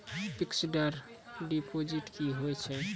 Fixed deposit की होय छै?